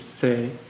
say